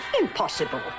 Impossible